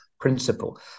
principle